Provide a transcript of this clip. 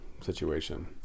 situation